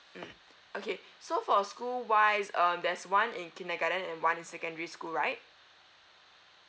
mm okay so for school wise um there's one in kindergarten and one in secondary school right